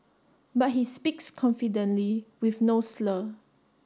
but he speaks confidently with no slur